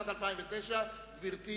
נדמה לי שזאת הצעת החוק הראשונה שהוא מעביר.